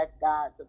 God